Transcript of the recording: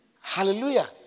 Hallelujah